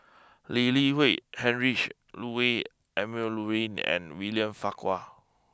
Lee Li Hui Heinrich Ludwig Emil Luering and William Farquhar